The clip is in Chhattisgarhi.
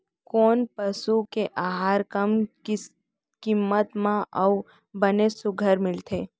कोन पसु के आहार कम किम्मत म अऊ बने सुघ्घर मिलथे?